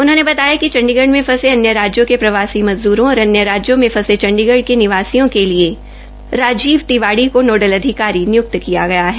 उन्होंने बताया कि चण्डीगढ में फंसे अन्य राज्यों के प्रवासी मजदूरों और अन्य राज्यों में फंसे चण्डीगढ के निवासियों के लिए राजीव तिवाड़ी को नोडल अधिकारी नियुक्त किया गया है